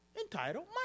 entitled